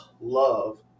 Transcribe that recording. love